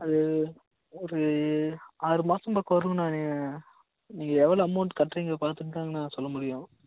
அது ஒரு ஆறு மாச பக்கம் வருங்ணா நீங்கள் நீங்கள் எவ்வளோ அமௌண்ட் கட்டுறிங்கனு பார்த்துட்டு தாங்கணா சொல்ல முடியும்